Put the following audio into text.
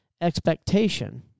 expectation